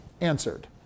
answered